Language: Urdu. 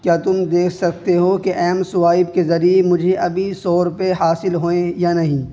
کیا تم دیکھ سکتے ہو کہ ایم سوائپ کے ذریعے مجھے ابھی سو روپئے حاصل ہوئیں یا نہیں